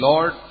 Lord